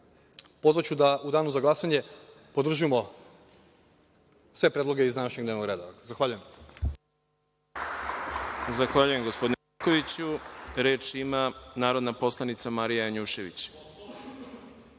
pozvaću da u danu za glasanje podržimo sve predloge iz današnjeg dnevnog reda. Zahvaljujem.